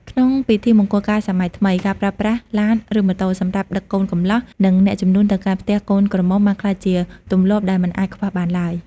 ក្នុងពិធីមង្គលការសម័យថ្មី ការប្រើប្រាស់ ឡាន ឬម៉ូតូ សម្រាប់ដឹកកូនកំលោះ និងអ្នកជំនូនទៅកាន់ផ្ទះកូនក្រមុំបានក្លាយជាទម្លាប់ដែលមិនអាចខ្វះបានឡើយ។